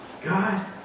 God